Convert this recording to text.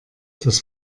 das